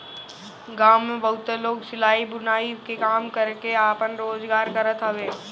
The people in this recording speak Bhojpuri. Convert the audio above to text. गांव में बहुते लोग सिलाई, बुनाई के काम करके आपन रोजगार करत हवे